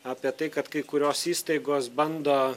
apie tai kad kai kurios įstaigos bando